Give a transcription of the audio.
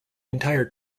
entire